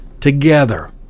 Together